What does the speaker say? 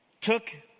took